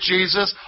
Jesus